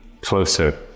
closer